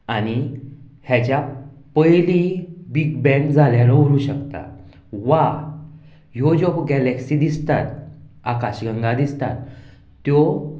आनी हेज्या पयली बिग बँग जाल्यारूय व्हरूं शकता वा ह्यो ज्यो गैलक्सी दिसतात आकाशगंगा दिसतात त्यो